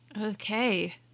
Okay